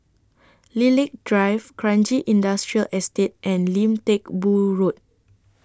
Lilac Drive Kranji Industrial Estate and Lim Teck Boo Road